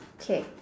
okay